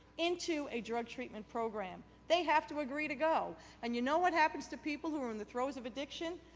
into a drug treatment program, they have to agree to go and you know what happens to people who are and in throws of addiction?